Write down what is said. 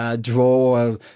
Draw